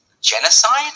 Genocide